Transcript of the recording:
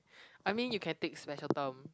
I mean you can take special term